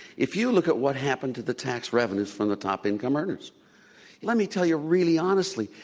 if you look at what happened to the tax revenues from the top income earners let me tell you really honestly,